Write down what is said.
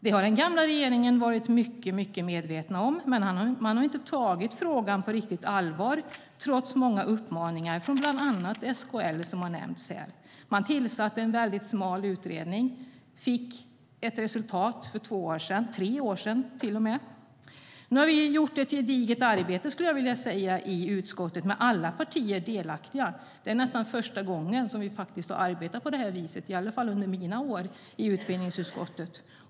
Det har den gamla regeringen varit mycket medveten om, men man har inte tagit frågan på riktigt allvar trots många uppmaningar från bland andra SKL, som har nämnts här. Man tillsatte en smal utredning och fick ett resultat för tre år sedan. Nu har vi gjort ett gediget arbete, skulle jag vilja säga, i utskottet med alla partier delaktiga. Det är nästan första gången som vi har arbetat på det här viset, i alla fall under mina år i utbildningsutskottet.